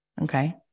okay